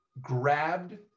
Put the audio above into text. grabbed